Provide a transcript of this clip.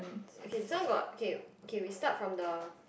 okay this one got okay okay we start from the